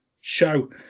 show